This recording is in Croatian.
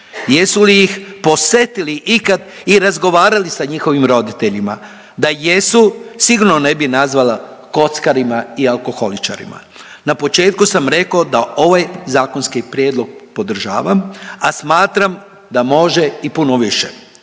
Jesu li ih posetili ikad i razgovarali sa njihovim roditeljima? Da jesu, sigurno ne bi nazvala kockarima i alkoholičarima. Na početku sam rekao da ovaj zakonski prijedlog podržavam, a smatram da može i puno više.